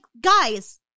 guys